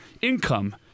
income